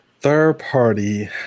Third-party